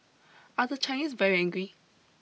are the Chinese very angry